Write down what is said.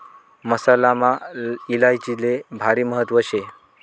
मसालामा इलायचीले भारी महत्त्व शे